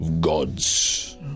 Gods